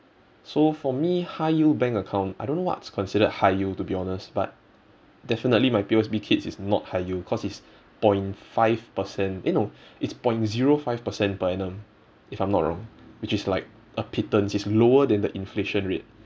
so for me high yield bank account I don't know what's considered high yield to be honest but definitely my P_O_S_B kids it's not high yield cause it's point five percent eh no it's point zero five percent per annum if I'm not wrong which is like a pittance it's lower than the inflation rate